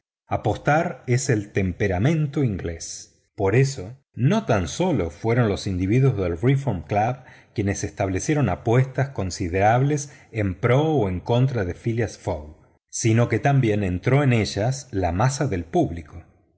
apostar es el temperamento inglés por eso no tan sólo fueron los individuos del reform club quienes establecieron apuestas considerables en pro o en contra de phileas fogg sino que también entró en ellas la masa del público